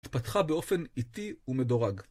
התפתחה באופן איטי ומדורג.